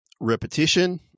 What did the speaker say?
repetition